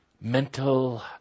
Mental